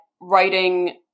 writing